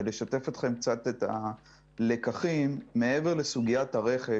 ולשתף אתכם קצת בלקחים, מעבר לסוגיית הרכש,